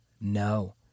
no